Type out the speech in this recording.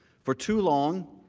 for too long,